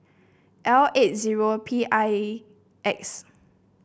L eight zero P I X